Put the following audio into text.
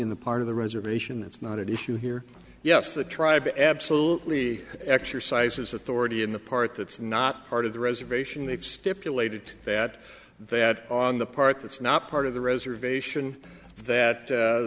in the part of the reservation that's not at issue here yes the tribe absolutely exercises authority in the part that's not part of the reservation they've stipulated that that on the part that's not part of the reservation that